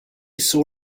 saw